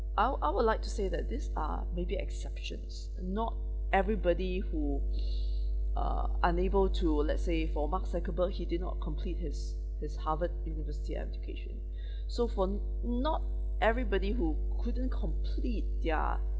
I I would like to say that these are maybe exceptions not everybody who uh unable to let's say for mark zuckerberg he did not complete his his harvard university education so for not everybody who couldn't complete their